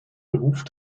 beruf